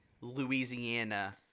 Louisiana